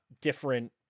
different